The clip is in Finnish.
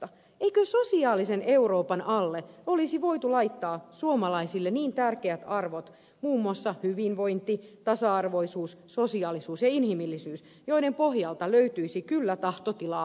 eikö sosiaalisen euroopan alle olisi voitu laittaa suomalaisille niin tärkeät arvot muun muassa hyvinvointi tasa arvoisuus sosiaalisuus ja inhimillisyys joiden pohjalta löytyisi kyllä tahtotilaa ajettavaksi